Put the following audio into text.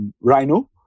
rhino